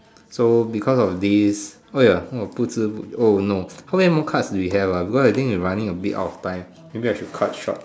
so because of this oh ya 我不知 oh no how many more cuts do we have ah because I think we are running a bit out of time maybe I should cut short